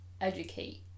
educate